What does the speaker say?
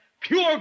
pure